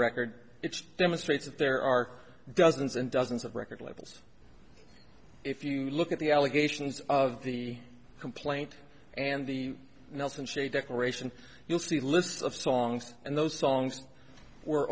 record demonstrates if there are dozens and dozens of record labels if you look at the allegations of the complaint and the nelson shape declaration you'll see lists of songs and those songs were